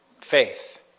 Faith